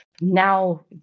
Now